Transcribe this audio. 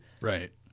right